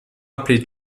appeler